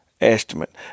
estimate